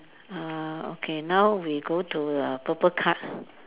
uh okay now we go to the purple card